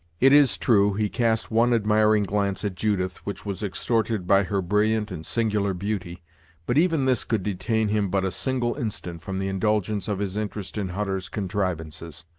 it is true, he cast one admiring glance at judith, which was extorted by her brilliant and singular beauty but even this could detain him but a single instant from the indulgence of his interest in hutter's contrivances.